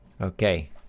Okay